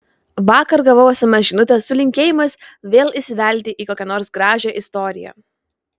vakar gavau sms žinutę su linkėjimais vėl įsivelti į kokią nors gražią istoriją